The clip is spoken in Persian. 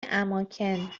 اماکن